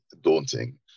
daunting